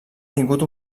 tingut